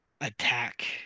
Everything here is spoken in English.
attack